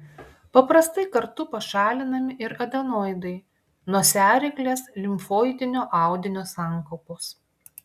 paprastai kartu pašalinami ir adenoidai nosiaryklės limfoidinio audinio sankaupos